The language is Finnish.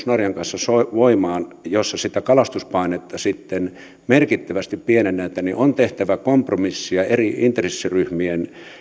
norjan kanssa voimaan jossa sitä kalastuspainetta sitten merkittävästi pienennetään niin on tehtävä kompromisseja eri intressiryhmien